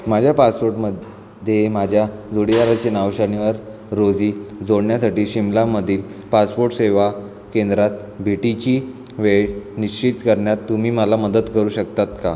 माझ्या पासपोर्टमध्ये माझ्या जोडिदाराचे नाव शनिवार रोजी जोडण्यासाठी शिमल्यातील पासपोर्ट सेवा केंद्रात भेटीची वेळ निश्चित करण्यात तुम्ही मला मदत करू शकता का